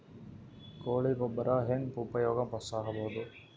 ಕೊಳಿ ಗೊಬ್ಬರ ಹೆಂಗ್ ಉಪಯೋಗಸಬಹುದು?